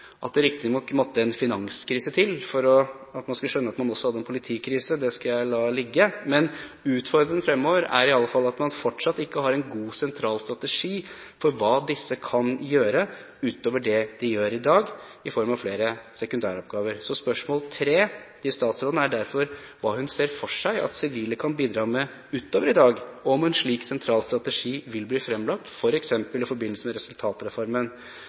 Det måtte riktignok en finanskrise til for at man skulle skjønne at man også hadde en politikrise, men det skal jeg la ligge. Utfordringen fremover er i alle fall at man fortsatt ikke har en god sentral strategi for hva disse kan gjøre utover det de gjør i dag, i form av flere sekundæroppgaver. Så spørsmål nr. tre til statsråden er derfor: Hva ser statsråden for seg at sivile kan bidra med utover det de gjør i dag, og vil en slik sentral strategi bli fremlagt f.eks. i forbindelse med resultatreformen?